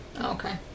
Okay